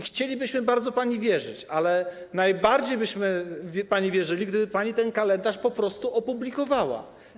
Chcielibyśmy bardzo pani wierzyć, ale najbardziej pani wierzylibyśmy, gdyby pani ten kalendarz po prostu opublikowała.